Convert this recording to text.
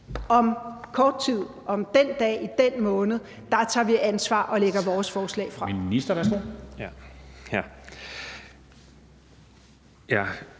om kort tid, den dag i den måned, tager vi ansvar og lægger vores forslag frem.